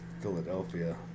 Philadelphia